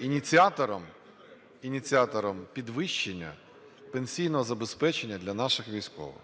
ініціатором, ініціатором підвищення пенсійного забезпечення для наших військових.